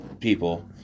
people